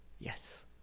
yes